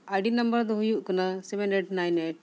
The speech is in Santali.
ᱟᱭᱰᱤ ᱱᱟᱢᱵᱟᱨ ᱫᱚ ᱦᱩᱭᱩᱜ ᱠᱟᱱᱟ ᱥᱮᱵᱷᱮᱱ ᱮᱭᱤᱴ ᱱᱟᱭᱤᱱ ᱮᱭᱤᱴ